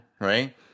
right